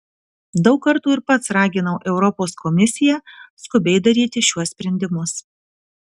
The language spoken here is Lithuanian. daug kartų ir pats raginau europos komisiją skubiai daryti šiuos sprendimus